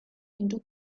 into